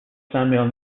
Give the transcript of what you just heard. samuel